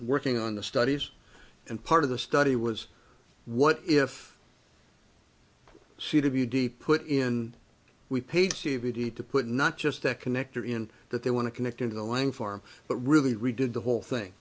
working on the studies and part of the study was what if she'd have you deep put in we paid c v t to put not just to connect her in that they want to connect into the lang farm but really redid the whole thing